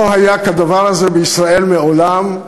לא היה כדבר הזה בישראל מעולם.